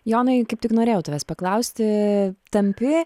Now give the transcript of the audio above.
jonai kaip tik norėjau tavęs paklausti tampi